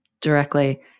directly